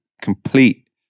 complete